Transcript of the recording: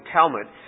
Talmud